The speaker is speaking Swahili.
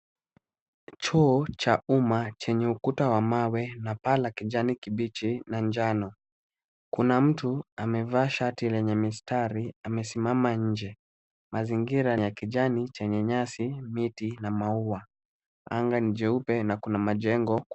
Choo cha umma chenye ukuta wa mawe na paa la kijani kibichi na njano. Kuna mtu amevaa shati lenye mistari amesimama nje. Mazingira ni ya kijani chenye nyasi, miti, na maua. Anga ni jeupe na kuna majengo.